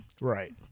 Right